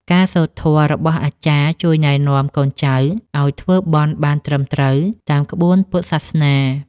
ការសូត្រធម៌របស់អាចារ្យ ជួយណែនាំកូនចៅឱ្យធ្វើបុណ្យបានត្រឹមត្រូវតាមក្បួនពុទ្ធសាសនា។